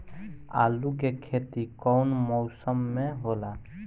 आलू के खेती कउन मौसम में होला?